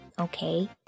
Okay